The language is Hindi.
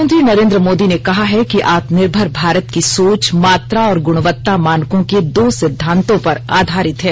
प्रधानमंत्री नरेन्द्र मोदी ने कहा है कि आत्मनिर्भर भारत की सोच मात्रा और गुणवत्ता मानकों के दो सिद्वांतों पर आधारित है